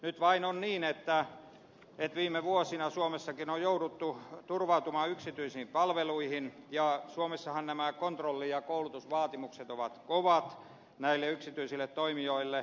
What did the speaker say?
nyt vain on niin että viime vuosina suomessakin on jouduttu turvautumaan yksityisiin palveluihin ja suomessahan nämä kontrolli ja koulutusvaatimukset ovat kovat näille yksityisille toimijoille